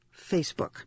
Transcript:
Facebook